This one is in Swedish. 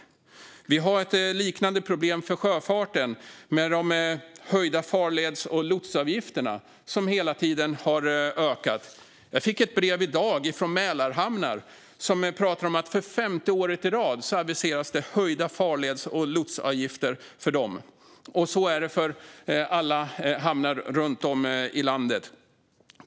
Sjöfarten har ett liknande problem med farleds och lotsavgifterna, som hela tiden höjs. Jag fick ett brev i dag från Mälarhamnar, som berättar att för femte året i rad aviseras höjda farleds och lotsavgifter för dem. Så är det för alla hamnar runt om i landet.